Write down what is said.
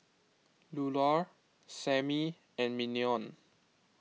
Lular Sammy and Mignon